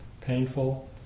painful